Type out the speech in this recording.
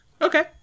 Okay